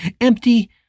empty